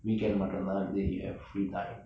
weekend மட்டும்தான்:mattumthaan you have free time